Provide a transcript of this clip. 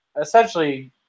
essentially